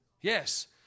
Yes